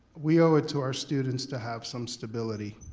we owe it to our students to have some stability.